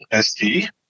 ST